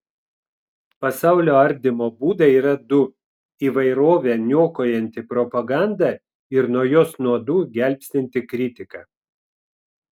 pasaulio ardymo būdai yra du įvairovę niokojanti propaganda ir nuo jos nuodų gelbstinti kritika